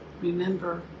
Remember